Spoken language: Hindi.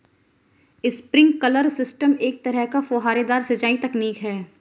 स्प्रिंकलर सिस्टम एक तरह का फुहारेदार सिंचाई तकनीक है